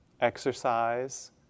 Exercise